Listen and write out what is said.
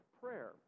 prayer